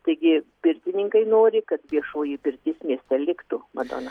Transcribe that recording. taigi pirtininkai nori kad viešoji pirtis mieste liktų madona